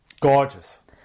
Gorgeous